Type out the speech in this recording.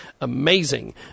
Amazing